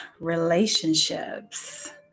Relationships